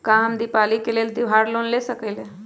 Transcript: का हम दीपावली के लेल त्योहारी लोन ले सकई?